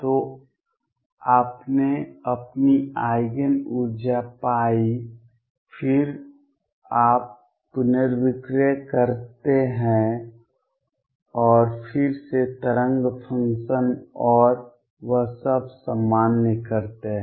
तो आपने अपनी आइगेन ऊर्जा पाई फिर आप पुनर्विक्रय करते हैं और फिर से तरंग फ़ंक्शन और वह सब सामान्य करते हैं